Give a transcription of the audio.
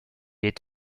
est